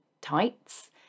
tights